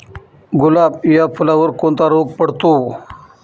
गुलाब या फुलावर कोणता रोग पडतो?